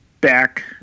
back